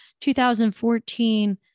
2014